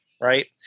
right